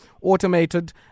automated